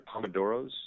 Pomodoros